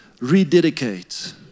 rededicate